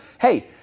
hey